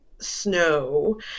Snow